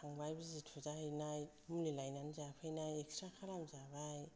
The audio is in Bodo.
थांनाय बिजि थुजाहैनाय मुलि लायनानै जाफैनाय एक्सरे खालामजानाय